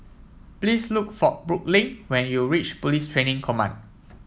please look for Brooklynn when you reach Police Training Command